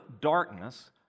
darkness